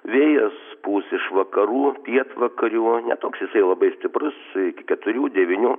vėjas pūs iš vakarų pietvakarių ne toks jisai labai stiprus iki keturių devynių